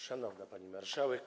Szanowna Pani Marszałek!